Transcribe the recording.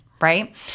right